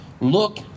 look